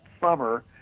summer